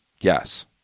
Yes